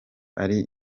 ari